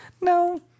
No